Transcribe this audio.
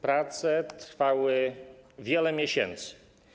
Prace trwały wiele miesięcy.